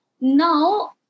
now